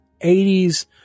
80s